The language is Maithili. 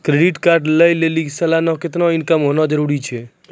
क्रेडिट कार्ड लय लेली सालाना कितना इनकम जरूरी होना चहियों?